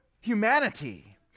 humanity